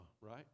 Right